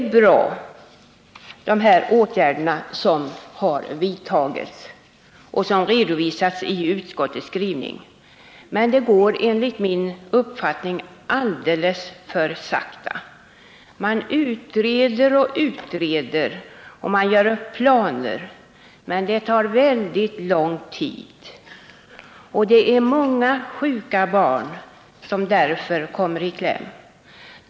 De åtgärder som har vidtagits och som nu redovisas i utskottets skrivning är bra, men det går enligt min uppfattning alldeles för sakta. Man utreder och utreder och gör upp planer, men det tar väldigt lång tid. Många barn kommer därför i kläm.